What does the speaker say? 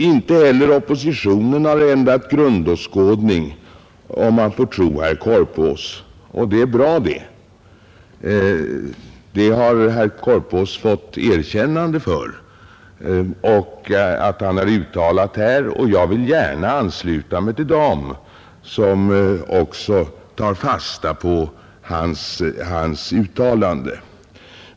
Inte heller oppositionen har ändrat grundåskådning, om man får tro herr Korpås, och det är bra det. Herr Korpås har fått erkännande för att han har sagt detta, och jag vill gärna ansluta mig till dem som tar fasta på hans uttalande.